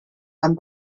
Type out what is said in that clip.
and